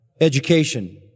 education